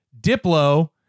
Diplo